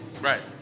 Right